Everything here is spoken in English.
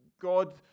God